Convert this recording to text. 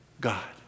God